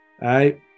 right